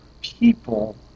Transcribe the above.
people